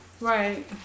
Right